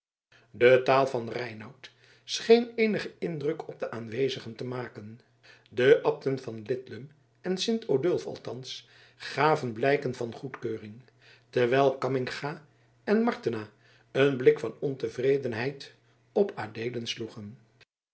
de taal van reinout scheen eenigen indruk op de aanwezigen te maken de abten van lidlum en sint odulf althans gaven blijken van goedkeuring terwijl cammingha en martena een blik van ontevredenheid op adeelen sloegen